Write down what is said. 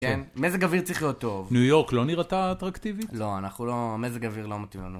כן, מזג אוויר צריך להיות טוב. ניו יורק לא נראתה אטרקטיבית? לא, מזג אוויר לא מתאים לנו.